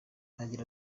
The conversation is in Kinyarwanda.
agira